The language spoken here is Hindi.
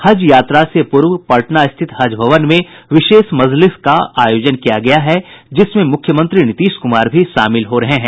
हज यात्रा से पूर्व पटना स्थित हज भवन में विशेष मजलिस का आयोजन किया गया है जिसमें मुख्यमंत्री नीतीश कुमार भी शामिल हो रहे हैं